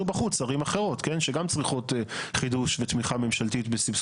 בחוץ ערים אחרות שגם צריכות חידוש ותמיכה ממשלתית בסבסוד